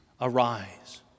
Arise